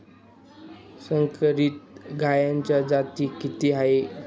संकरित गायीच्या जाती किती आहेत?